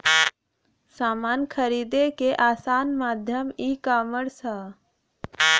समान खरीदे क आसान माध्यम ईकामर्स हौ